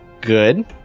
Good